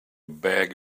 bag